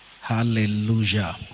Hallelujah